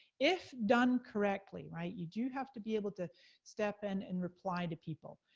if done correctly, right? you do have to be able to step in and reply to people.